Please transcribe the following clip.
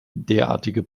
derartige